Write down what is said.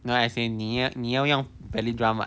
no as in 你要你要用 melodrama